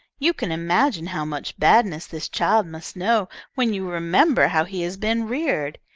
you can imagine how much badness this child must know when you remember how he has been reared.